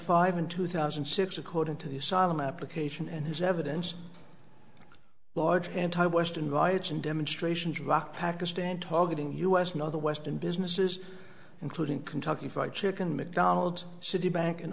five and two thousand and six according to the asylum application and his evidence large anti western riots and demonstrations rocked pakistan targeting u s and other western businesses including kentucky fried chicken mcdonald's citibank and